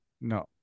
no